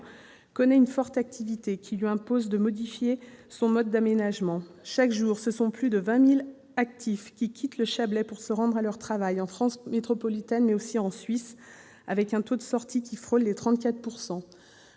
connaît une forte activité, qui lui impose de modifier son mode d'aménagement. Chaque jour, ce sont plus de 20 000 actifs qui quittent le Chablais pour se rendre à leur travail, en France métropolitaine, mais aussi en Suisse, avec un taux de sortie qui frôle les 34 %.